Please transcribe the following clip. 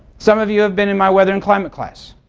some of you have been in my weather and climate class.